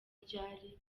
ryari